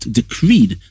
decreed